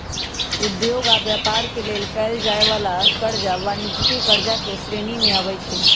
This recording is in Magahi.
उद्योग आऽ व्यापार के लेल कएल जाय वला करजा वाणिज्यिक करजा के श्रेणी में आबइ छै